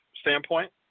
standpoint